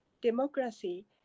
democracy